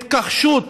התכחשות